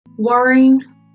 Worrying